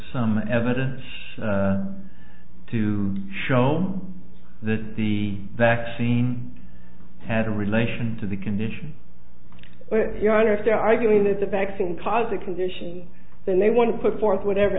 some evidence to show that the vaccine had a relation to the condition your honor if they're arguing that the vaccine caused the condition then they want to put forth whatever